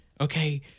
Okay